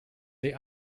they